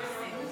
בעד יזהר שי,